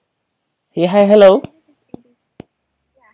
ya hi hello